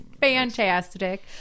fantastic